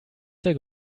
der